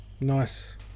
Nice